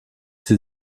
sie